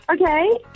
Okay